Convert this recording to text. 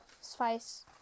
spice